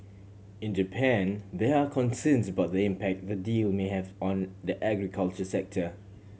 in Japan there are concerns about the impact the deal may have on the agriculture sector